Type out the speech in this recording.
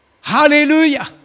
Hallelujah